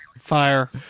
Fire